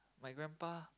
my grandpa